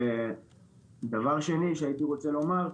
דבר שני, כן,